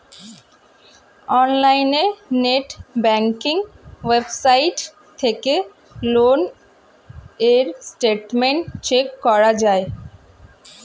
অনলাইনে net banking website থেকে loan এর স্টেটমেন্ট চেক করা যায়